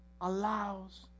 allows